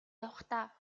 явахдаа